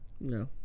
No